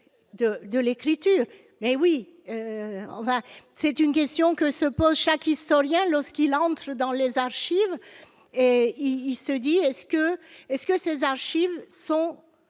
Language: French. de l'écriture, mais oui on va, c'est une question que se posent chaque historien lorsqu'il rentre le dans les archives et il se dit est-ce que est-ce que ces archives sont